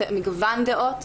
מגוון דעות.